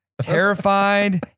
Terrified